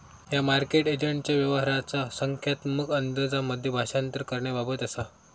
ह्या मार्केट एजंटच्या व्यवहाराचा संख्यात्मक अंदाजांमध्ये भाषांतर करण्याबाबत असा